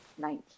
19